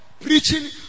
preaching